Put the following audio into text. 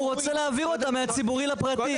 הוא רוצה להעביר אותה מהציבורי לפרטי.